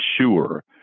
sure